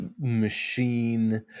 machine